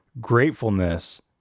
Gratefulness